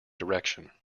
direction